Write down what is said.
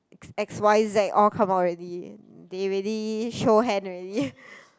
x_y_z all come out already they already show hand already